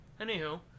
anywho